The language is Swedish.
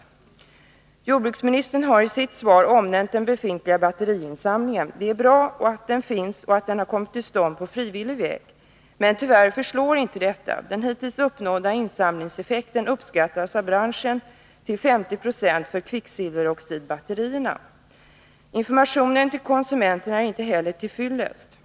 Jordbruksministern har i sitt svar omnämnt den befintliga batteriinsamlingen. Det är bra att den finns och att den har kommit till stånd på frivillig väg. Men tyvärr förslår inte detta. Den hittills uppnådda effekten av insamlingen uppskattas av branschen till 50 96 för kvicksilveroxidbatterierna. Inte heller informationen till konsumenterna är till fyllest.